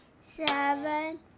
seven